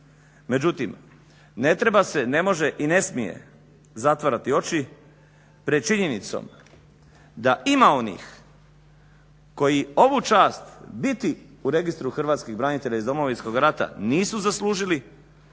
Međutim, ne treba se, ne može i ne smije zatvarati oči pred činjenicom da ima onih koji ovu čast biti u registru hrvatskih branitelja iz Domovinskog rata nisu zaslužili,